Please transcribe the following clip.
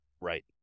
Right